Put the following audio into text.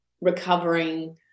recovering